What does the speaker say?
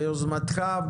ביוזמתך,